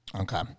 Okay